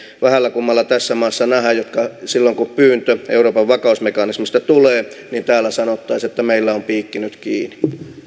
vähällä kummalla tässä maassa nähdä että silloin kun pyyntö euroopan vakausmekanismista tulee täällä sanottaisiin että meillä on piikki nyt kiinni